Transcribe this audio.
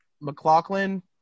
McLaughlin